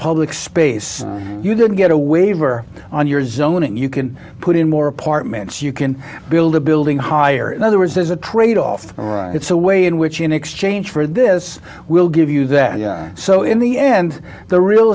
public space you didn't get a waiver on your zoning you can put in more apartments you can build a building higher in other words there's a trade off it's a way in which in exchange for this we'll give you that so in the end the real